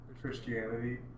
Christianity